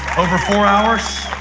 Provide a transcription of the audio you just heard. over four hours?